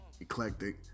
Eclectic